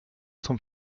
zum